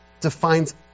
defines